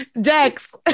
dex